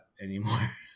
Anymore